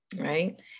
right